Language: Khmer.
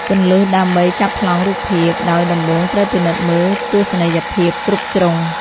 គន្លឹះដើម្បីចាប់ប្លង់រូបភាព ដោយដំបូងត្រូវពិនិត្យមើលទស្សនីយភាពគ្រប់ជ្រុង។